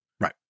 Right